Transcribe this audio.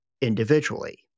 individually